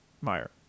Meyer